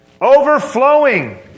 Overflowing